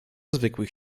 zwykłych